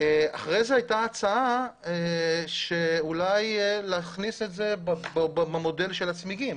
אחר כך הייתה הצעה אולי להכניס את זה במודל של הצמיגים